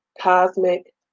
Cosmic